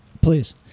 Please